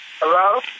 Hello